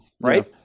right